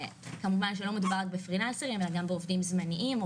כמובן שלא מדובר רק בפרילנסרים אלא גם בעובדים זמניים או